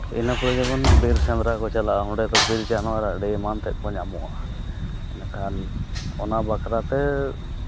ᱤᱱᱟᱹ ᱯᱚᱨᱮ ᱡᱮᱢᱚᱱ ᱵᱤᱨ ᱥᱮᱸᱫᱽᱨᱟ ᱠᱚ ᱪᱟᱞᱟᱜᱼᱟ ᱚᱸᱰᱮ ᱫᱚ ᱵᱤᱨ ᱡᱟᱱᱚᱣᱟᱨ ᱟᱨ ᱟᱹᱰᱤ ᱮᱢᱟᱱ ᱛᱮᱫ ᱠᱚ ᱧᱟᱢᱚᱜᱼᱟ ᱤᱱᱟᱹ ᱠᱷᱟᱱ ᱚᱱᱟ ᱵᱟᱠᱷᱨᱟᱛᱮ